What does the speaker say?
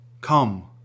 Come